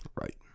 Right